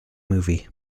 movie